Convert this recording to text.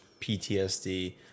PTSD